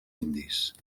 indis